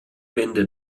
wände